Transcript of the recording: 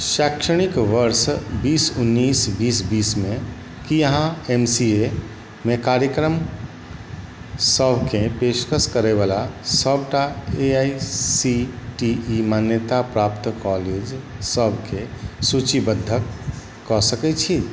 शैक्षणिक वर्ष बीस उनैस बीस बीसमे कि अहाँ एम सी ए मे कार्यक्रम सबके पेशकश करैवला सबटा A I C T E मान्यताप्राप्त कॉलेजसबके सूचीबद्धक कऽ सकै छी